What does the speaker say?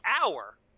hour